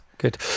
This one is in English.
Good